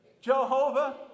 Jehovah